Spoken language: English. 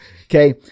okay